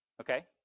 Okay